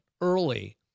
early